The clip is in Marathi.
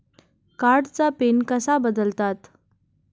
कार्डचा पिन कसा बदलतात?